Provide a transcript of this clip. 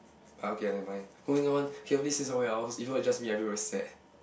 but okay never mind moving on can we please say something else is it just me or it's everyone sad